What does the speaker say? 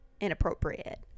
inappropriate